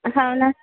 हो ना